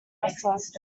restless